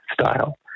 style